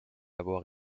avoir